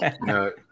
No